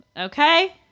Okay